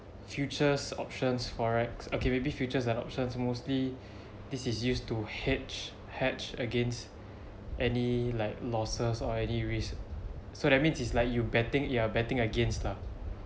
futures options forex okay maybe futures and options mostly this is used to hedge hedge against any like losses or any risk so that means is like you betting you are betting against lah